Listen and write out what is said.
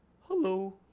Hello